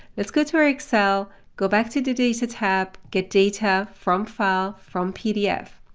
let's go to our excel, go back to the data tab, get data, from file, from pdf.